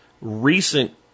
recent